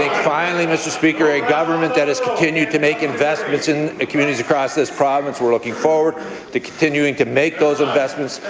finally, mr. speaker, a government that has continued to make investments in communities across this province. we're looking forward to continuing to make those investments.